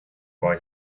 boy